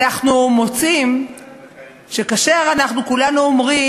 אנחנו מוצאים שכאשר אנחנו כולנו אומרים,